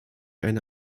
eine